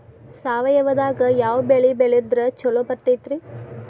ಸಾವಯವದಾಗಾ ಯಾವ ಬೆಳಿ ಬೆಳದ್ರ ಛಲೋ ಬರ್ತೈತ್ರಿ?